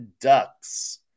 Ducks